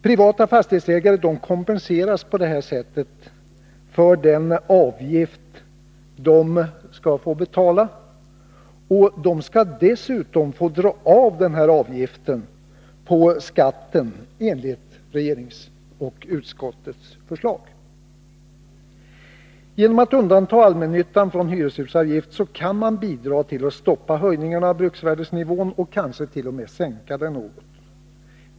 Privata fastighetsägare kompenseras på detta sätt för den avgift de betalar, och de skall dessutom få dra av avgiften på skatten enligt regeringens och utskottets förslag. Genom att undanta allmännyttan från hyreshusavgift kan man bidra till att stoppa höjningarna av bruksvärdesnivån och kanske t.o.m. sänka den något.